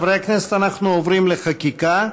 חברי הכנסת, אנחנו עוברים לחקיקה.